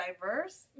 diverse